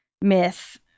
myth